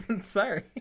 sorry